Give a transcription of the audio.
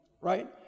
right